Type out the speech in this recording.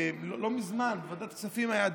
לא מזמן היה דיון בוועדת הכספים.